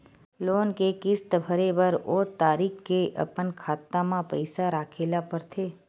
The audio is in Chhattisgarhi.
लोन के किस्त भरे बर ओ तारीख के अपन खाता म पइसा राखे ल परथे